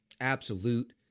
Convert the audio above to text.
absolute